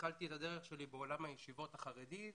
התחלתי את דרכי בעולם הישיבות החרדי,